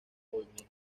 movimiento